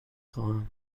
خواهم